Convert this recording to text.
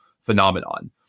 phenomenon